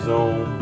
Zone